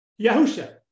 Yahusha